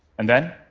and then,